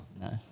No